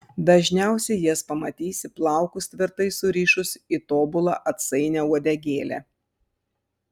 dažniausiai jas pamatysi plaukus tvirtai surišus į tobulą atsainią uodegėlę